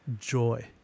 joy